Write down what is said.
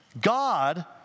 God